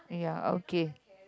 ya okay